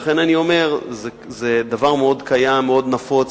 לכן אני אומר שזה דבר שקיים, מאוד נפוץ.